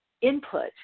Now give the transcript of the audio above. input